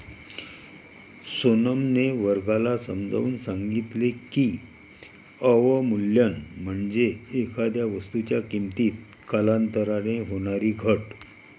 सोनमने वर्गाला समजावून सांगितले की, अवमूल्यन म्हणजे एखाद्या वस्तूच्या किमतीत कालांतराने होणारी घट